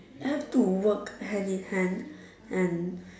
have to work hand in hand and